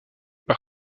par